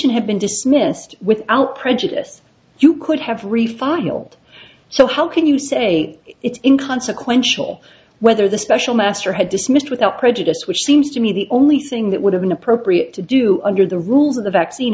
petition have been dismissed without prejudice you could have refile so how can you say it in consequential whether the special master had dismissed without prejudice which seems to me the only thing that would have been appropriate to do under the rules of the vaccine